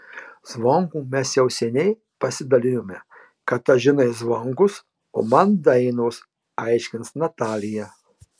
zvonkų mes jau seniai pasidalijome katažinai zvonkus o man dainos aiškins natalija